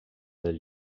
del